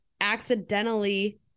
accidentally